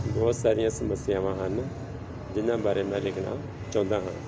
ਬਹੁਤ ਸਾਰੀਆਂ ਸਮੱਸਿਆਵਾਂ ਹਨ ਜਿਨ੍ਹਾਂ ਬਾਰੇ ਮੈਂ ਲਿਖਣਾ ਚਾਹੁੰਦਾ ਹਾਂ